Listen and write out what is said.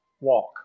walk